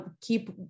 keep